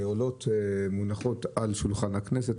אנחנו נקפיד מאוד על התנהלות